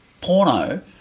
porno